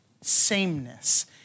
sameness